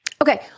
Okay